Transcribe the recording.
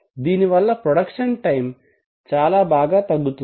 దీనివల్ల production time చాలా బాగా తగ్గుతుంది